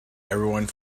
everyone